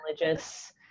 religious